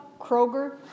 Kroger